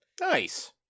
nice